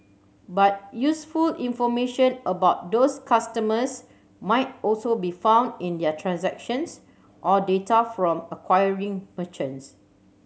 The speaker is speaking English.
but useful information about those customers might also be found in their transactions or data from acquiring merchants